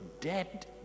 dead